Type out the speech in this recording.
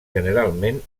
generalment